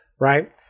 right